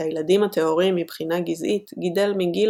את הילדים הטהורים מבחינה גזעית גידל מגיל